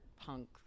punk